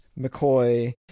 McCoy